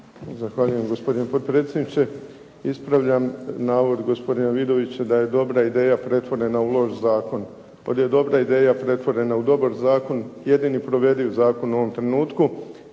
Zahvaljujem. Gospodine potpredsjedniče. Ispravljam navod gospodina Vidovića da je dobra ideja pretvorena u loš zakon. .../Govornik se ne razumije./... dobra ideja pretvorena u dobar zakon, jedini provediv zakon u ovom trenutku.